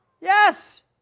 Yes